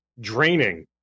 draining